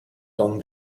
don